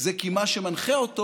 זה כי מה שמנחה אותו